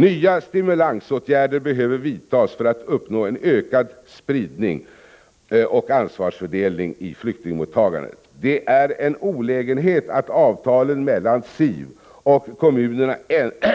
Nya stimulansåtgärder behövs för att uppnå en ökad spridning och ökad ansvarsfördelning vid mottagande av flyktingar. Det är en olägenhet att avtalen mellan SIV och kommunerna